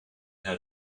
heard